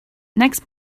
next